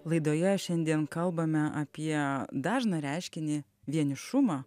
laidoje šiandien kalbame apie dažną reiškinį vienišumą